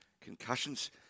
concussions